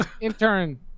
Intern